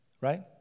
right